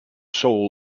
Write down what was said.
soul